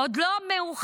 עוד לא מאוחר.